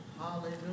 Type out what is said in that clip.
Hallelujah